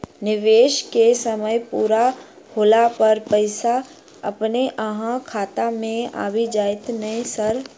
निवेश केँ समय पूरा होला पर पैसा अपने अहाँ खाता मे आबि जाइत नै सर?